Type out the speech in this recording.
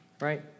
Right